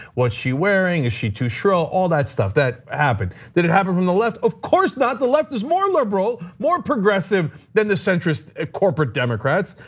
what's she wearing? is she too shrill? all that stuff that happened. did it happen from the left? of course not. the left is more liberal. more progressive than the centrist ah corporate democrats,